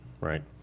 Right